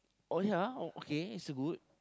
oh ya okay it's good